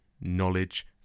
knowledge